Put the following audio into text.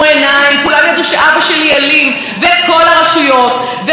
והיא קוראת לנשים ולגברים: קחו אחריות,